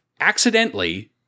accidentally